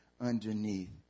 underneath